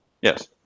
Yes